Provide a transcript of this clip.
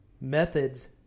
methods